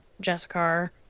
Jessica